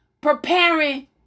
preparing